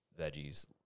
veggies